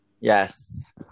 Yes